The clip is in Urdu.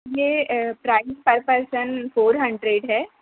یہ پرائز پر پرسن فور ہنڈریڈ ہے